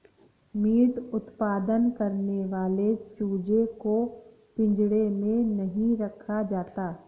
meet उत्पादन करने वाले चूजे को पिंजड़े में नहीं रखा जाता